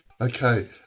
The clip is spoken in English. okay